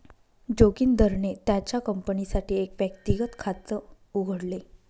जोगिंदरने त्याच्या कंपनीसाठी एक व्यक्तिगत खात उघडले